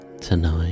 tonight